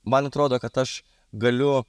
man atrodo kad aš galiu